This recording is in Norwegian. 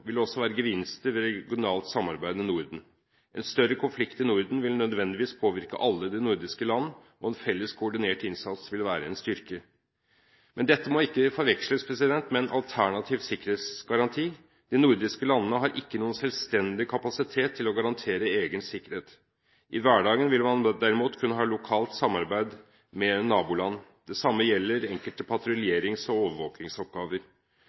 vil det også være gevinster ved regionalt samarbeid med Norden. En større konflikt i Norden vil nødvendigvis påvirke alle de nordiske land, og en felles koordinert innsats vil være en styrke. Dette må ikke forveksles med en alternativ sikkerhetsgaranti – de nordiske landene har ikke noen selvstendig kapasitet til å garantere egen sikkerhet. I hverdagen vil man derimot kunne ha lokalt samarbeid med naboland. Det samme gjelder enkelte patruljerings- og overvåkingsoppgaver.